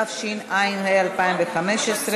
התשע"ה 2015,